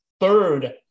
Third